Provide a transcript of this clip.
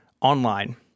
online